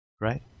Right